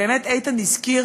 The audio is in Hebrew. באמת איתן הזכיר